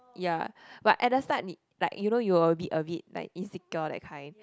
ya but at the start need like you know you will a bit a bit like insecure that kind